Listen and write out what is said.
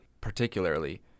particularly